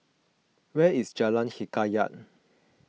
where is Jalan Hikayat